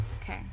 Okay